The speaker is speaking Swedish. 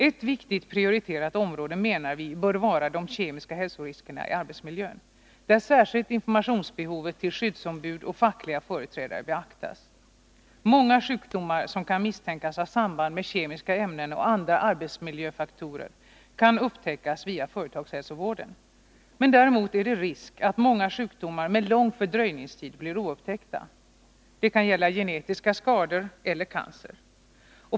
Ett viktigt prioriterat område menar vi bör vara de kemiska hälsoriskerna i arbetsmiljön, där särskilt behovet av information till skyddsombud och fackliga företrädare beaktas. Många sjukdomar som kan misstänkas ha samband med kemiska ämnen och andra arbetsmiljöfaktorer kan upptäckas via företagshälsovården. Däremot är det risk att många sjukdomar med lång fördröjningstid blir oupptäckta. Det kan gälla genetiska skador eller cancer.